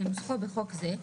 כנוסחו בחוק זה,